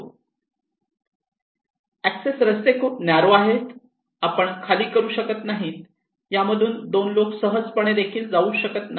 access रस्ते खूप narrow आहेत आपण खाली करू शकत नाही यामधून दोन लोक सहजपणे जाऊ शकत नाहीत